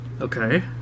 Okay